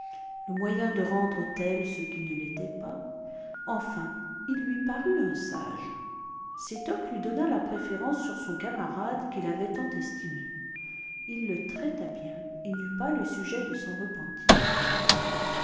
le moyen de rendre tels ceux qui ne l'étaient pas enfin il lui parut un sage sétoc lui donna la préférence sur son camarade qu'il avait tant estimé il le traita bien et n'eut pas sujet de s'en repentir